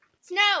Snow